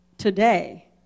Today